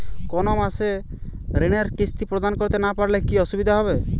কোনো মাসে ঋণের কিস্তি প্রদান করতে না পারলে কি অসুবিধা হবে?